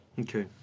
Okay